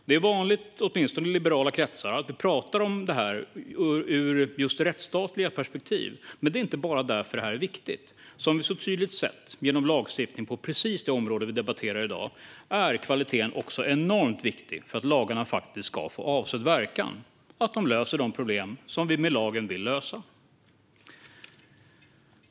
Det är vanligt, åtminstone i liberala kretsar, att vi talar om detta ur just rättsstatliga perspektiv, men det är inte bara därför detta är viktigt. Som vi så tydligt har sett genom lagstiftning på precis det område vi debatterar i dag är kvaliteten också enormt viktig för att lagarna faktiskt ska få avsedd verkan och löser de problem vi med lagen vill lösa.